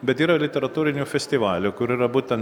bet yra literatūrinio festivalio kur yra būten